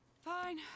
fine